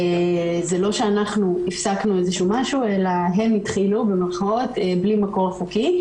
זה לא שאנחנו הפסקנו איזשהו משהו אלא "הם התחילו" בלי מקור חוקי,